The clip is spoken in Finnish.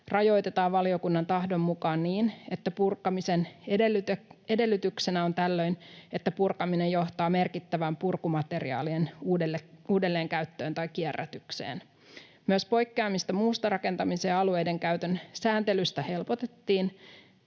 rajoitetaan valiokunnan tahdon mukaan niin, että purkamisen edellytyksenä on tällöin, että purkaminen johtaa merkittävään purkumateriaalien uudelleenkäyttöön tai kierrätykseen. Myös poikkeamista muusta rakentamisen ja alueidenkäytön sääntelystä helpotettiin,